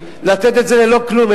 לתת את זה ללא כלום,